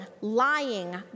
lying